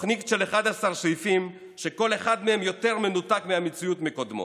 תוכנית של 11 סעיפים שכל אחד מהם יותר מנותק מהמציאות מקודמו,